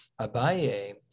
Abaye